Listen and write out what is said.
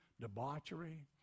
debauchery